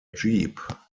jeep